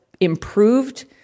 improved